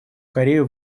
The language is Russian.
корею